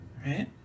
right